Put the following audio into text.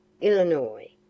Illinois